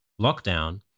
lockdown